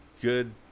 good –